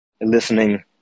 listening